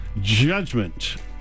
judgment